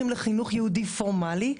ולא הולכים לחינוך יהודי פורמלי,